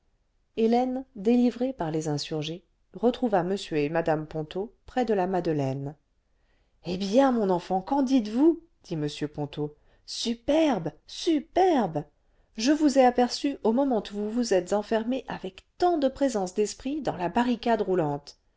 hélène délivrée par les insurgés retrouva m et mme ponto près de la madeleine ce eh bien mon enfant qu'en dites-vous dit m ponto superbe superbe je vous ai aperçue au moment où vous vous êtes enfermée avec le vingtième siècle tant cle présence d'esprit dans la barricade roulante